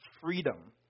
freedom